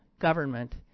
government